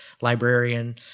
librarian